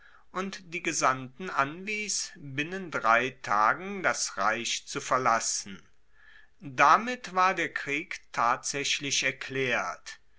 und die gesandten anwies binnen drei tagen das reich zu verlassen damit war der krieg tatsaechlich erklaert